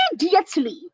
immediately